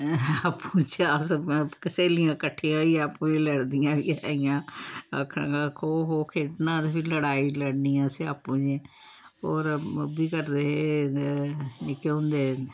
आपूं चे अस्स स्हेलियां कट्ठियां होइयै आपूं लड़दियां बी ऐ हियां आखना खो खो खेड्ढना ते फ्ही लड़ाई लड़नी असें आपूं चें होर ओब्बी करदे हे निक्के होंदे